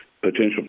potential